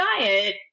diet